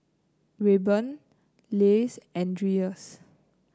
Rayban Lays and Dreyers